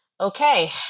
Okay